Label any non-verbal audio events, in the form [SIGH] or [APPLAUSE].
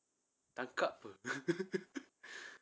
tangkap [pe] [LAUGHS]